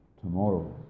tomorrow